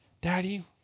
Daddy